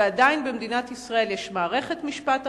ועדיין, במדינת ישראל יש מערכת משפט אחת,